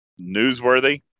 newsworthy